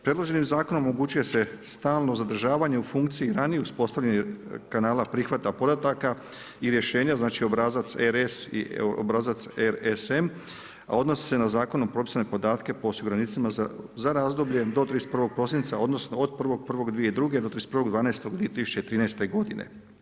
Predloženim zakonom omogućuje se stalno zadržavanje u funkciji ranijih uspostavljenih kanala prihvata podataka i rješenja znači obrazac RS i obrazac RSM a odnosi se na zakonom propisane podatke po osiguranicima za razdoblje do 31. prosinca odnosno od 1.1.2002. do 31.12.2013. godine.